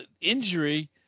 injury